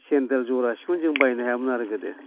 सेनदेल जरासेखौनो जों बायनो हायामोन आरो गोदो